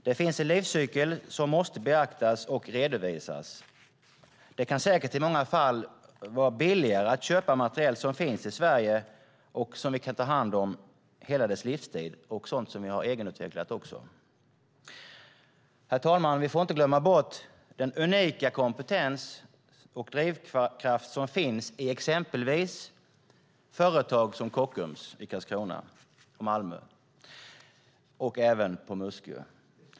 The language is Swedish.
Det finns en livscykel som måste beaktas och redovisas. Det kan säkert i många fall vara billigare att köpa materiel som finns i Sverige och som vi kan ta om hand hela dess livstid och som vi har egenutvecklat. Herr talman! Vi får inte glömma bort den unika kompetens och drivkraft som finns i exempelvis företaget Kockums i Karlskrona, i Malmö och på Muskö.